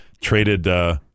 traded